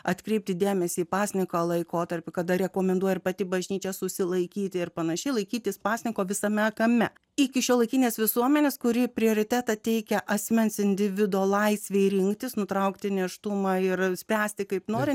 atkreipti dėmesį į pasninko laikotarpiu kada rekomenduoja pati bažnyčia susilaikyti ir pan laikytis pasninko visame kame iki šiuolaikinės visuomenės kuri prioritetą teikia asmens individo laisvei rinktis nutraukti nėštumą ir spręsti kaip nori